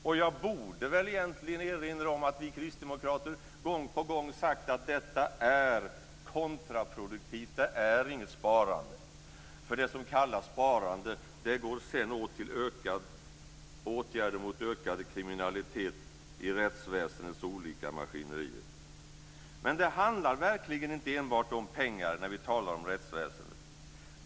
Och jag borde väl egentligen erinra om att vi kristdemokrater gång på gång sagt att detta är kontraproduktivt, att det inte är något sparande, eftersom det som kallas sparande sedan går åt till åtgärder mot ökad kriminalitet i rättsväsendets olika maskinerier. Men det handlar verkligen inte enbart om pengar när vi talar om rättsväsendet.